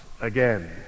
again